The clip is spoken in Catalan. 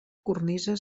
cornisa